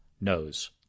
knows